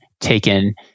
taken